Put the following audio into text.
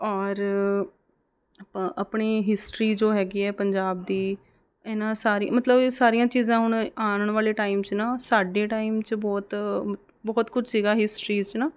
ਔਰ ਅਪ ਆਪਣੇ ਹਿਸਟਰੀ ਜੋ ਹੈਗੀ ਹੈ ਪੰਜਾਬ ਦੀ ਇਹਨਾਂ ਸਾਰੀ ਮਤਲਬ ਇਹ ਸਾਰੀਆਂ ਚੀਜ਼ਾਂ ਹੁਣ ਆਉਣ ਵਾਲੇ ਟਾਈਮ 'ਚ ਨਾ ਸਾਡੇ ਟਾਈਮ 'ਚ ਬਹੁਤ ਬਹੁਤ ਕੁਛ ਸੀਗਾ ਹਿਸਟਰੀ 'ਚ ਨਾ